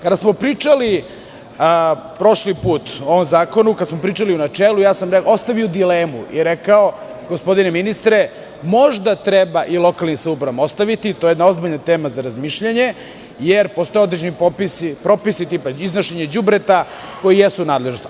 Kada smo pričali prošli put o ovom zakonu, kada smo pričali u načelu, ostavio sam dilemu i rekao – gospodine ministre, možda treba i lokalnim samoupravama ostaviti, to je jedna ozbiljna tema za razmišljanje, jer postoje određeni propisi tipa iznošenja đubreta, koji jesu nadležnost.